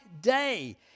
day